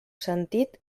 sentit